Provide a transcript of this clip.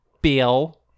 Bill